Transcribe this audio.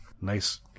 Nice